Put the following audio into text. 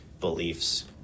beliefs